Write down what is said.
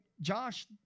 Josh